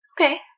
okay